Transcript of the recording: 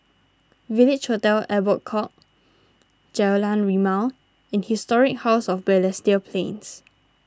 Village Hotel Albert Court Jalan Rimau and Historic House of Balestier Plains